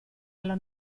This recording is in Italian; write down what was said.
alla